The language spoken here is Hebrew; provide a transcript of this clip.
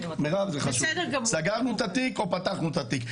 או פתחנו את התיק.